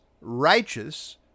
righteous